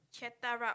rub